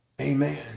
Amen